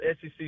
SEC